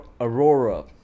Aurora